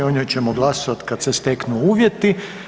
O njom ćemo glasovati kad se steknu uvjeti.